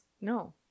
No